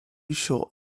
short